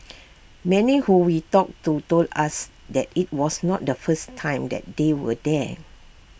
many who we talked to told us that IT was not the first time that they were there